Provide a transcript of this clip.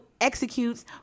executes